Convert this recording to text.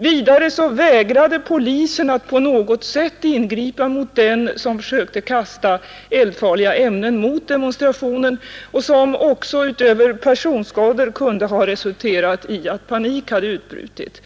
Vidare vägrade polisen att på något sätt ingripa mot den som försökte kasta eldfarliga ämnen mot demonstrationen — som, utöver personskador, kunde ha resulterat i att panik hade utbrutit.